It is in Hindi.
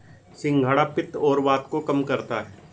सिंघाड़ा पित्त और वात को कम करता है